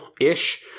ish